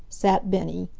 sat bennie.